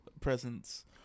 presence